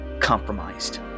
compromised